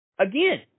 Again